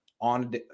on